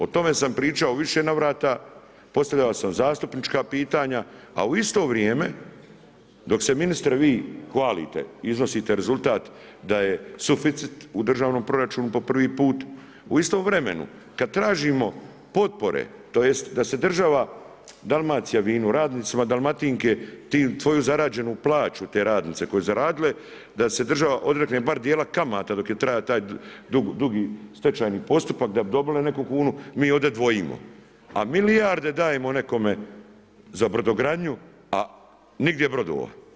O tome sam pričao u više navrata, postavio sam zastupnička pitanja, a u isto vrijeme, dok se ministre vi hvalite i iznosite rezultat da je suficit u državnom proračunu po prvi put, u istom vremenu, kada tražimo potpore, tj. da se država Dalmacija vino radnicima, Dalmatinke, tvoju zarađenu plaću, te radnice koje su zaradile, da se država odrekne bar dijela kamata dok je trajao taj dugi stečajni postupak, da bi dobili neku kunu, mi ovdje dvojimo, a milijarde dajemo nekome za brodogradnju a nigdje brodova.